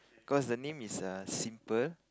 cause the name is err simple